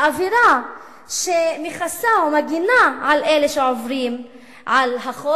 האווירה שמכסה או מגינה על אלה שעוברים על החוק